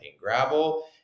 gravel